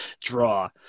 draw